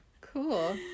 cool